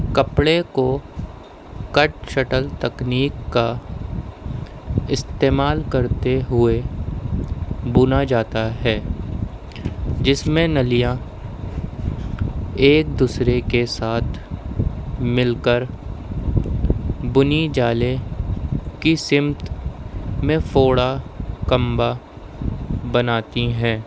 کپڑے کو کٹ شٹل تکنیک کا استعمال کرتے ہوئے بنا جاتا ہے جس میں نلیاں ایک دوسرے کے ساتھ مل کر بنی جالے کی سمت میں فوڑا کمبا بناتی ہیں